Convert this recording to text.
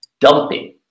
dumping